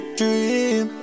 dream